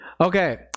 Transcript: okay